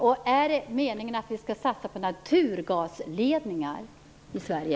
Är det meningen att vi skall satsa på naturgasledningar i Sverige?